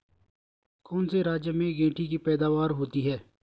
कौन से राज्य में गेंठी की पैदावार होती है?